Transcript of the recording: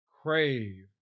crave